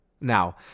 Now